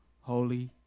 holy